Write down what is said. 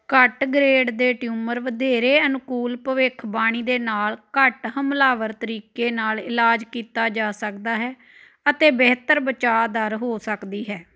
ਘੱਟ ਗ੍ਰੇਡ ਦੇ ਟਿਊਮਰ ਵਧੇਰੇ ਅਨੁਕੂਲ ਭਵਿੱਖਬਾਣੀ ਦੇ ਨਾਲ ਘੱਟ ਹਮਲਾਵਰ ਤਰੀਕੇ ਨਾਲ ਇਲਾਜ ਕੀਤਾ ਜਾ ਸਕਦਾ ਹੈ ਅਤੇ ਬਿਹਤਰ ਬਚਾਅ ਦਰ ਹੋ ਸਕਦੀ ਹੈ